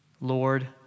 Lord